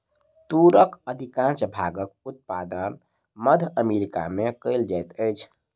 तूरक अधिकाँश भागक उत्पादन मध्य अमेरिका में कयल जाइत अछि